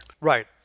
Right